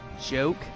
joke